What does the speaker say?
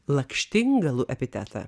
lakštingalų epitetą